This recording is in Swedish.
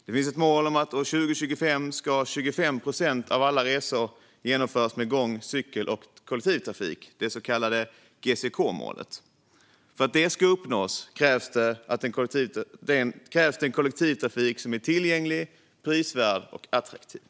Det finns ett mål om att år 2025 ska 25 procent av alla resor genomföras med gång, cykel och kollektivtrafik; det är det så kallade GCK-målet. För att det ska uppnås krävs en kollektivtrafik som är tillgänglig, prisvärd och attraktiv.